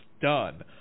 done